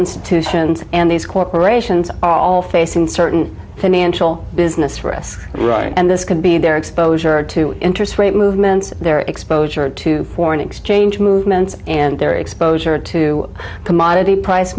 institutions and these corporations are all facing certain financial business for us right now and this could be their exposure to interest rate movements their exposure to foreign exchange movements and their exposure to commodity price